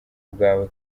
bwawe